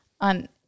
on